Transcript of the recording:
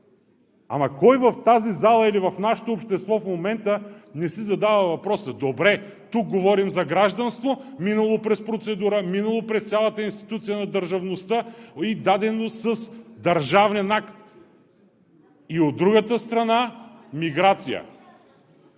Ама кой в тази зала или в нашето общество в момента не си задава въпроса: добре, тук говорим за гражданство, минало през процедура, минало през цялата институция на държавността и дадено с държавен акт, и от другата страна – миграция.